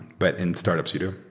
but in startups you do.